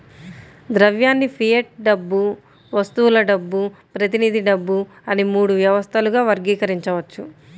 ద్రవ్యాన్ని ఫియట్ డబ్బు, వస్తువుల డబ్బు, ప్రతినిధి డబ్బు అని మూడు వ్యవస్థలుగా వర్గీకరించవచ్చు